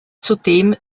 zudem